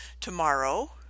tomorrow